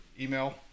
email